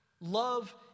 Love